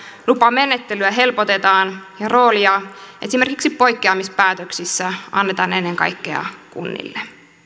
lupamenettelyä helpotetaan ja roolia esimerkiksi poikkeamispäätöksissä annetaan ennen kaikkea kunnille